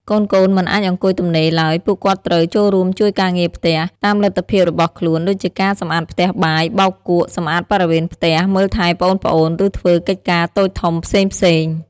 កូនៗមិនអាចអង្គុយទំនេរឡើយ ពួកគាត់ត្រូវ ចូលរួមជួយការងារផ្ទះ តាមលទ្ធភាពរបស់ខ្លួន ដូចជាការសម្អាតផ្ទះបាយ បោកគក់ សម្អាតបរិវេណផ្ទះ មើលថែប្អូនៗ ឬធ្វើកិច្ចការតូចធំផ្សេងៗ។